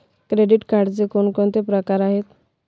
Credit कार्डचे कोणकोणते प्रकार आहेत?